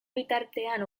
bitartean